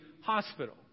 Hospital